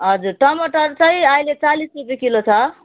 हजुर टमाटर चाहिँ अहिले चालिस रुपियाँ किलो छ